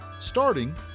starting